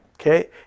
Okay